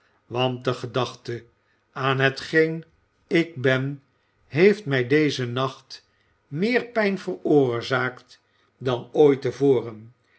want de gedachte aan hetgeen ik ben heeft mij dezen nacht meer pijn veroorzaakt dan ooit